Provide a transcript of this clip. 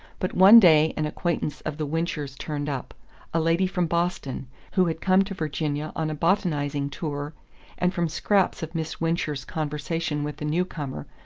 but one day an acquaintance of the winchers' turned up a lady from boston, who had come to virginia on a botanizing tour and from scraps of miss wincher's conversation with the newcomer,